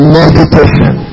meditation